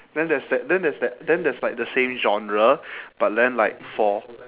then there's that then there's that then there's like the same genre but then like for